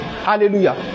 Hallelujah